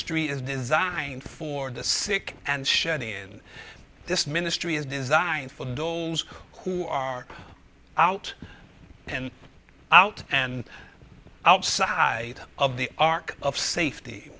y is designed for the sick and shut in this ministry is designed for those who are out and out and outside of the ark of safety